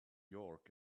york